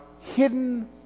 hidden